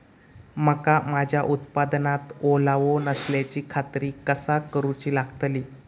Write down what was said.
मका माझ्या उत्पादनात ओलावो नसल्याची खात्री कसा करुची लागतली?